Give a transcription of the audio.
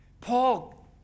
Paul